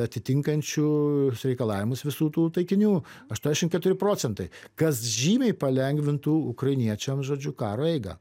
atitinkančių reikalavimus visų tų taikinių aštuoniasdešimt keturi procentai kas žymiai palengvintų ukrainiečiam žodžiu karo eiga